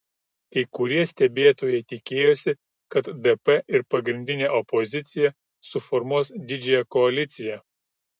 kai kurie stebėtojai tikėjosi kad dp ir pagrindinė opozicija suformuos didžiąją koaliciją